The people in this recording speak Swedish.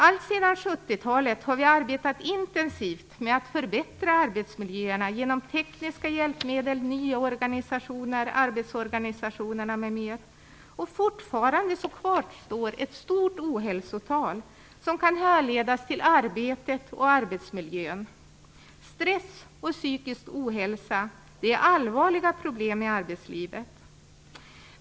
Alltsedan 70-talet har vi arbetat intensivt med att förbättra arbetsmiljöerna genom tekniska hjälpmedel, nya arbetsorganisationer m.m. Fortfarande kvarstår ett stort ohälsotal som kan härledas till arbetet och arbetsmiljön. Stress och psykisk ohälsa är allvarliga problem i arbetslivet.